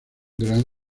gran